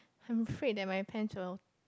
I am afraid with my pants you know